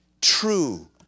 true